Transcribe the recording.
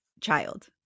child